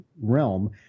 realm